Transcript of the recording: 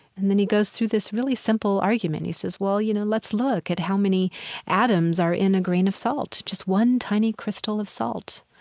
and then he goes through this really simple argument. he says, well, you know, let's look at how many atoms are in a grain of salt, just one tiny crystal of salt.